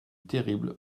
terrible